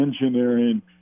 engineering